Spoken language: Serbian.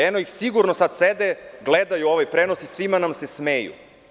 Eno ih, sigurno sad sede, gledaju ovaj prenos i svima nam se smeju.